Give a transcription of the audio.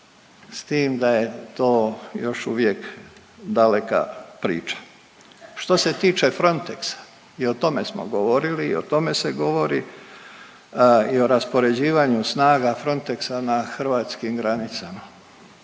s tim da je to još uvijek daleka priča. Što se tiče FRONTEX-a i o tome smo govorili i o tome se govori i o raspoređivanju snaga FRONTEX-a na hrvatskim granicama.